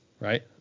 right